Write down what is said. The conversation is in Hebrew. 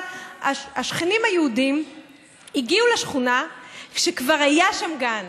אבל השכנים היהודים הגיעו לשכונה כשכבר היה שם גן,